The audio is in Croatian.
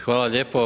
Hvala lijepo.